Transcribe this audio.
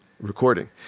recording